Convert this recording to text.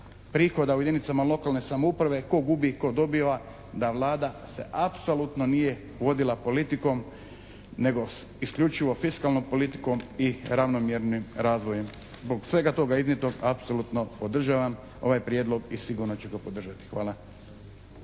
prihoda u jedinicama lokalne samouprave tko gubi, tko dobiva, da vlada se apsolutno se nije vodila politikom nego isključivo fiskalnom politikom i ravnomjernim razvojem. Zbog svega toga iznijetog apsolutno podržavam ovaj prijedlog i sigurno ću ga podržati. Hvala.